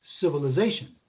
civilization